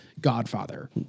Godfather